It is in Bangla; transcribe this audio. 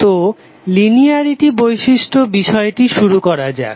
তো লিনিয়ারিটি বৈশিষ্ট্য বিষয়টি শুরু করা যাক